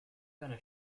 gonna